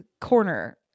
corner